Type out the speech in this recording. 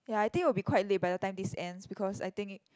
ya I think it will be quite late by the time this ends because I think it